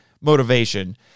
motivation